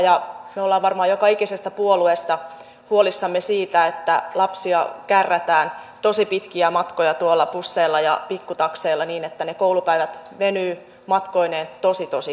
me olemme varmaan joka ikisessä puolueessa huolissamme siitä että lapsia kärrätään tosi pitkiä matkoja busseilla ja pikkutakseilla niin että ne koulupäivät venyvät matkoineen tosi tosi pitkiksi